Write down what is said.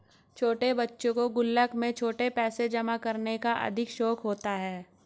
छोटे बच्चों को गुल्लक में छुट्टे पैसे जमा करने का अधिक शौक होता है